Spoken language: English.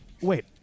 wait